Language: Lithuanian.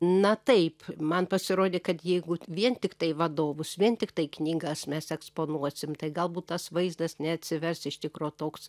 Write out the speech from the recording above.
na taip man pasirodė kad jeigu vien tiktai vadovus vien tiktai knygas mes eksponuosim tai galbūt tas vaizdas neatsivers iš tikro toks